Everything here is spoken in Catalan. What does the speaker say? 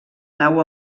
nau